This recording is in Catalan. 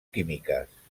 químiques